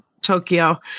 Tokyo